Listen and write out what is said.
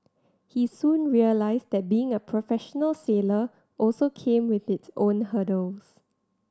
he soon realised that being a professional sailor also came with its own hurdles